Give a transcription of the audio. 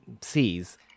sees